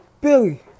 Billy